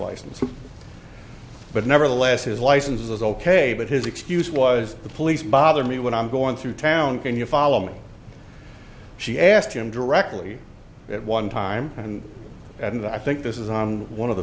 license but nevertheless his license is ok but his excuse was the police bother me when i'm going through town can you follow me she asked him directly at one time and and i think this is on one of the